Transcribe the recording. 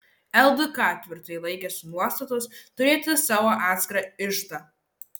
ldk tvirtai laikėsi nuostatos turėti savo atskirą iždą